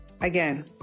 again